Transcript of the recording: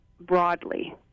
broadly